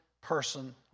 person